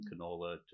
canola